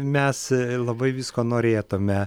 mes labai visko norėtume